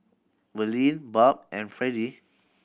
Verlene Barb and Fredie